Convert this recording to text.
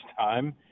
time